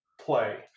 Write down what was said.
play